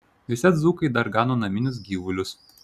juose dzūkai dar gano naminius gyvulius